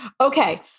Okay